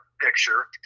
picture